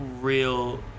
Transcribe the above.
real